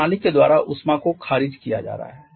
प्रणाली के द्वारा ऊष्मा को खारिज किया जा रहा है